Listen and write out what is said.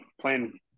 playing